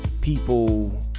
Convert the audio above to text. people